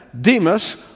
Demas